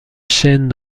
chênes